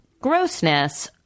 grossness